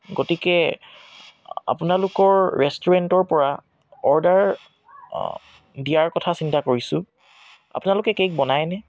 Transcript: গতিকে আপোনালোকৰ ৰেষ্টুৰেণ্টৰ পৰা অৰ্ডাৰ দিয়াৰ কথা চিন্তা কৰিছোঁ আপোনালোকে কেক বনায় নে